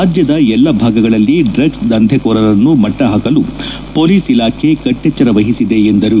ರಾಜ್ಯದ ಎಲ್ಲಾ ಭಾಗಗಳಲ್ಲಿ ಡ್ರಗ್ಸ್ ದಂಧೆಕೋರರನ್ನು ಮಟ್ಟಹಾಕಲು ಹೊಲೀಸ್ ಇಲಾಖೆ ಕಟ್ಟಿಚ್ಚರ ವಹಿಸಿದೆ ಎಂದರು